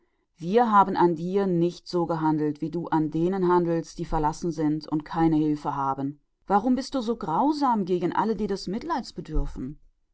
wir haben nicht so an dir gehandelt wie du an denen handelst die trostlos sind und niemand haben der ihnen hülfe warum bist du so grausam gegen alle die mitleid brauchen